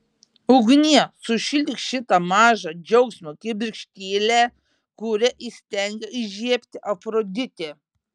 ugnie sušildyk šitą mažą džiaugsmo kibirkštėlę kurią įstengė įžiebti afroditė